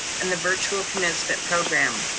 and the virtual commencement program.